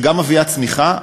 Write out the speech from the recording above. שגם מביאה צמיחה,